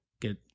get